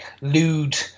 lewd